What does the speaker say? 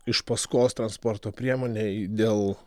iš paskos transporto priemonei dėl